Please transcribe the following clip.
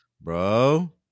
Bro